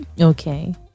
Okay